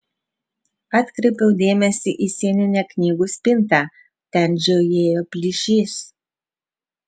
atkreipiau dėmesį į sieninę knygų spintą ten žiojėjo plyšys